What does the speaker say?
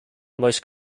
most